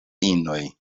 inoj